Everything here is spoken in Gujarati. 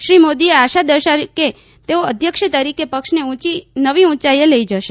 શ્રી મોદીએ આશા દર્શાવી કે તેઓ અધ્યક્ષ તરીકે પક્ષને નવી ઉંચાઇએ લઇ જશે